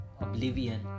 oblivion